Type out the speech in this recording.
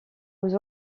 aux